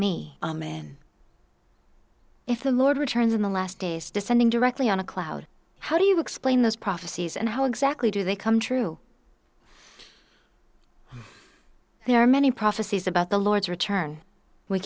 me man if the lord returns in the last days descending directly on a cloud how do you explain those prophecies and how exactly do they come true there are many prophecies about the lord's return we